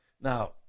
Now